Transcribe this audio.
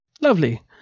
Lovely